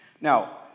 Now